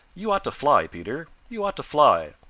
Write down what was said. you ought to fly, peter. you ought to fly.